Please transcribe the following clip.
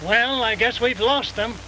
well i guess we've lost them